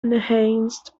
enhanced